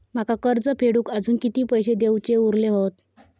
माका कर्ज फेडूक आजुन किती पैशे देऊचे उरले हत?